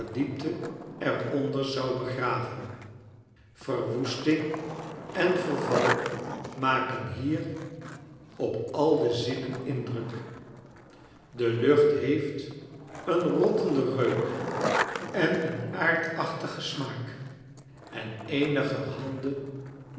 diepte er onder zou begraven verwoesting en verval maken hier op al de zinnen iridruk de lucht heeft een rottenden reuk en een aardachtigen smaak en